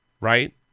Right